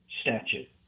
statute